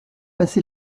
passé